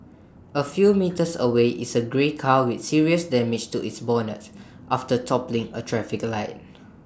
A few metres away is A grey car with serious damage to its bonnet after toppling A traffic light